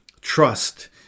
trust